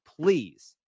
please